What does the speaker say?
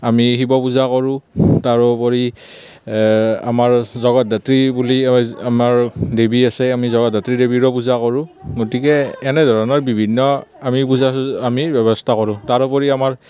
আমি শিৱ পূজা কৰোঁ তাৰোপৰি আমাৰ জগত ধাত্ৰী বুলি আমাৰ দেৱী আছে আমি জগত ধাত্ৰী দেৱীৰো পূজা কৰোঁ গতিকে এনে ধৰণৰ বিভিন্ন আমি পূজা আমি ব্যৱস্থা কৰোঁ তাৰোপৰি আমাৰ